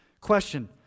Question